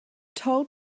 told